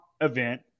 event